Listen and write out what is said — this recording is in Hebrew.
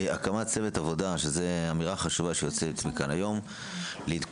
הקמת צוות עבודה שזה אמירה חשובה שיוצאת מכאן היום לעיצוב